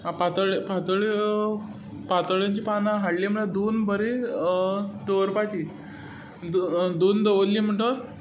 पातोळ्यो पातोळ्यांची पानां हाडलीं म्हणटच धुवन बरी दवरपाची धुवन दवरलीं म्हणटच